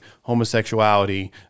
homosexuality